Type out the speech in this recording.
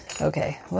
Okay